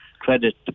credit